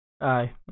Aye